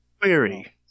Query